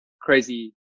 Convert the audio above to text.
crazy